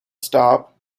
stop